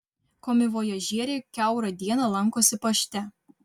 komivojažieriai kiaurą dieną lankosi pašte